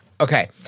Okay